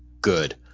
good